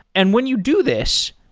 and when you do this,